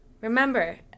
remember